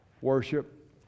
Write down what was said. worship